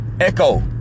Echo